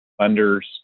lenders